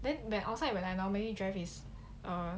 then when outside when I normally drive is err